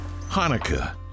Hanukkah